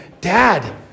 dad